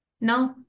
No